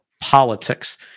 politics